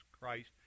Christ